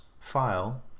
file